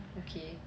okay